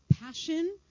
passion